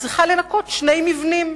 עכשיו צריכה לנקות שני מבנים.